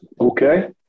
Okay